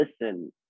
listen